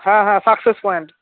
হ্যাঁ হ্যাঁ success point